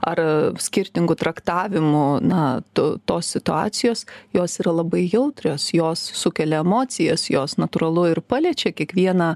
ar skirtingų traktavimų na to tos situacijos jos yra labai jautrios jos sukelia emocijas jos natūralu ir paliečia kiekvieną